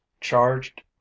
charged